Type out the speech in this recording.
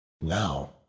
Now